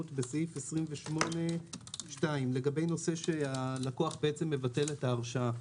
בסעיף 28(2) לגבי נושא שהלקוח מבטל את ההרשאה.